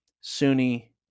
Sunni